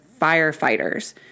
firefighters